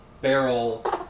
Barrel